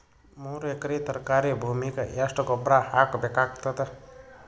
ಮೂರು ಎಕರಿ ತರಕಾರಿ ಭೂಮಿಗ ಎಷ್ಟ ಗೊಬ್ಬರ ಹಾಕ್ ಬೇಕಾಗತದ?